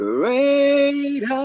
Great